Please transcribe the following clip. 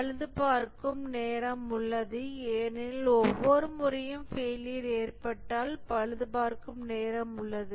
பழுதுபார்க்கும் நேரம் உள்ளது ஏனெனில் ஒவ்வொரு முறையும் ஃபெயிலியர் ஏற்பட்டால் பழுதுபார்க்கும் நேரம் உள்ளது